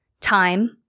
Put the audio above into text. Time